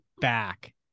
back